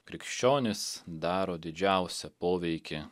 krikščionys daro didžiausią poveikį